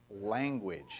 language